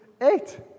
eight